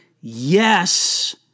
Yes